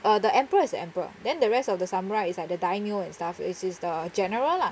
err the emperor is the emperor then the rest of the samurai is like the daimyo and stuff which is the general lah